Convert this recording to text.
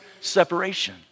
separation